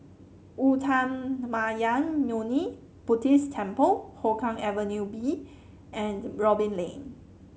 Uttamayanmuni Buddhist Temple Hougang Avenue B and Robin Lane